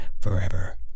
forever